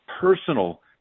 personal